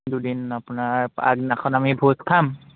দুদিন আপোনাৰ আগদিনাখন আমি ভোজ খাম